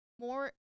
more